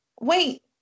wait